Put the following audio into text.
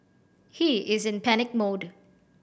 he is in panic mode